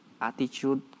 attitude